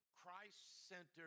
Christ-centered